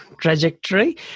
trajectory